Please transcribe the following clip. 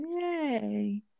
Yay